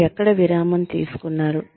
మీరు ఎక్కడ విరామం తీసుకున్నారు